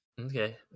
Okay